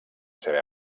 seva